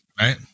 right